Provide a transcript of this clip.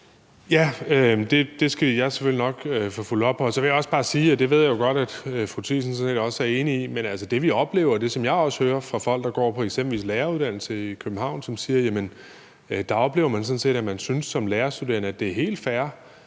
Det skal jeg selvfølgelig nok få fulgt op på. Så vil jeg også bare sige, og det ved jeg jo godt at fru Mette Thiesen sådan set også er enig i, at det, vi oplever, og det, som jeg også hører fra folk, der går på eksempelvis læreruddannelsen i København, er, at de oplever, at man sådan set som lærerstuderende synes, det er helt fair,